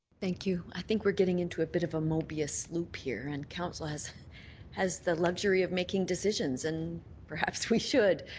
thank you. i think we're getting into a bit of a mobius loop here and council has has the luxury of making decisions and perhaps we should.